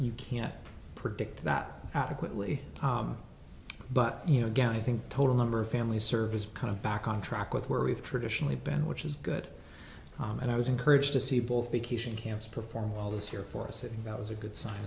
you can't predict that adequately but you know again i think total number of families serve is kind of back on track with where we've traditionally been which is good and i was encouraged to see both vacation camps perform well this year for a city that was a good sign